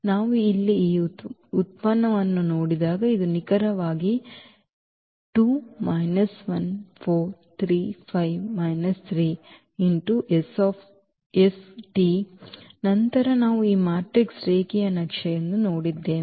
ನಾವು ಇಲ್ಲಿ ಈ ಉತ್ಪನ್ನವನ್ನು ನೋಡಿದಾಗ ಇದು ನಿಖರವಾಗಿ ನಂತರ ನಾವು ಈ ಮ್ಯಾಟ್ರಿಕ್ಸ್ ರೇಖೀಯ ನಕ್ಷೆ ಎಂದು ನೋಡಿದ್ದೇವೆ